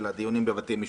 של הדיונים בבתי משפט.